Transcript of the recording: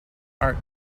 art